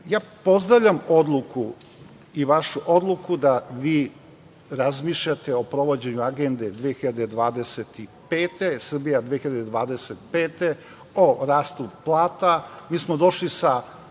zemlju. Pozdravljam vašu odluku da vi razmišljate o provođenju Agende 2025, Srbija 2025 o rastu plata. Mi smo došli sa